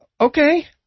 okay